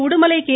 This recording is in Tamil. உடுமலை கே